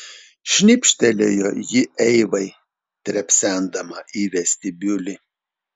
šnipštelėjo ji eivai trepsendama į vestibiulį